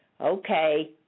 Okay